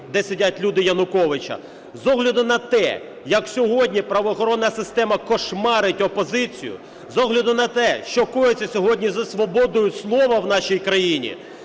де сидять люди Януковича, з огляду на те, як сьогодні правоохоронна система кошмарить опозицію, з огляду на те, що коїться сьогодні зі свободою слова в нашій країні,